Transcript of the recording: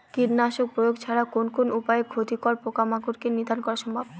কীটনাশক প্রয়োগ ছাড়া কোন কোন উপায়ে ক্ষতিকর পোকামাকড় কে নিধন করা সম্ভব?